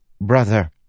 Brother